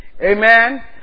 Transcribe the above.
Amen